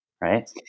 Right